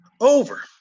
over